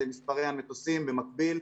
זה מספרי המטוסים במקביל,